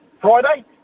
Friday